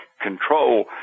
control